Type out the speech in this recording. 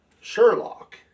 Sherlock